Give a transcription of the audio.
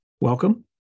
welcome